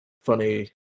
funny